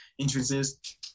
entrances